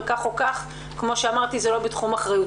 אבל כך או כך, כמו שאמרתי, זה לא בתחום אחריותו.